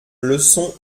leçon